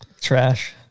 Trash